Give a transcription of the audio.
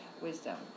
wisdom